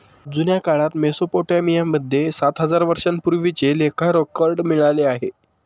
जुन्या काळात मेसोपोटामिया मध्ये सात हजार वर्षांपूर्वीचे लेखा रेकॉर्ड मिळाले आहे